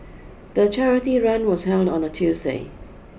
the charity run was held on a Tuesday